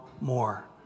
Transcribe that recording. more